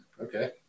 Okay